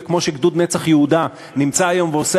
וכמו שגדוד "נצח יהודה" נמצא היום ועושה